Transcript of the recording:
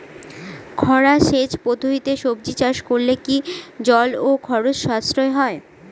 খরা সেচ পদ্ধতিতে সবজি চাষ করলে কি জল ও খরচ সাশ্রয় হয়?